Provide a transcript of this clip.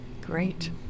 great